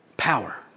power